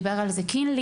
דיבר על זה קינלי.